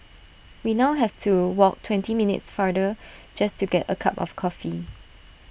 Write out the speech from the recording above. we now have to walk twenty minutes farther just to get A cup of coffee